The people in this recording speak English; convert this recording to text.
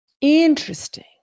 Interesting